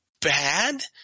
bad